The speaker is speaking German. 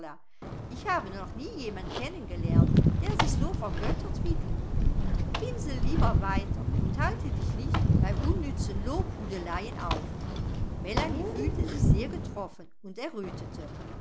ich habe noch nie jemand kennen gelernt der sich so vergöttert wie du pinsle lieber weiter und halte dich nicht bei unnützen lobhudeleien auf melanie fühlte sich sehr getroffen und errötete